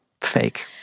fake